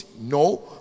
no